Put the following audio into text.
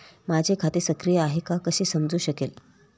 माझे खाते सक्रिय आहे का ते कसे समजू शकेल?